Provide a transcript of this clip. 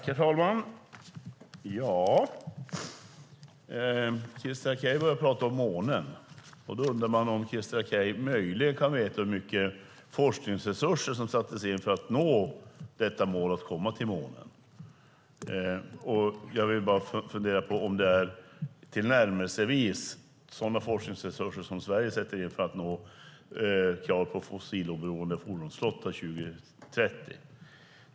Herr talman! Christer Akej började prata om månen. Då undrar man om han möjligen kan veta hur mycket forskningsresurser som sattes in för att nå målet att komma till månen. Jag funderar på om det är tillnärmelsevis sådana forskningsresurser som Sverige sätter in för att kunna uppfylla kravet på en fossiloberoende fordonsflotta år 2030.